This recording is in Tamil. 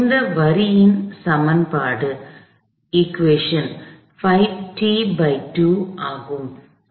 இந்த வரியின் சமன்பாடு 5t2 ஆகும்